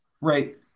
right